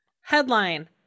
Headline